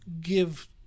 give